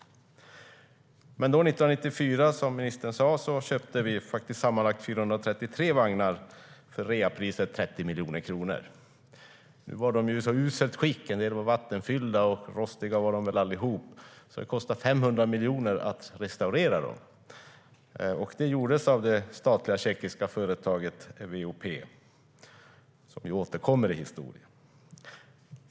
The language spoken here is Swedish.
År 1994, precis som ministern sa, köpte vi sammanlagt 433 vagnar för reapriset 30 miljoner kronor. Nu var de i så uselt skick - en del var vattenfyllda, och rostiga var de alla - att det kostade 500 miljoner att restaurera dem. Det gjordes av det statliga tjeckiska företaget VOP, som ju återkommer i historien.